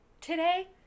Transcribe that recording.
today